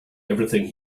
everything